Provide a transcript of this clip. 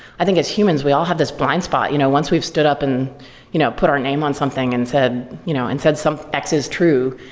i think as humans, we all have this blind spot. you know once we've stood up and you know put our name on something and said you know and said x is true,